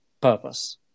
purpose